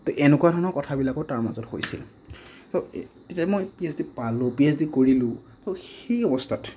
তো এনেকুৱা ধৰণৰ কথাবিলাকো তাৰ মাজত হৈছিল তো তেতিয়া মই পি এইচ ডি পালোঁ পি এইচ ডি কৰিলোঁ তো সেই অৱস্থাত